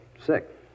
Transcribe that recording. Sick